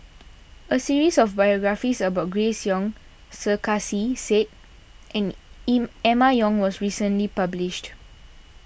a series of biographies about Grace Young Sarkasi Said and Emma Yong was recently published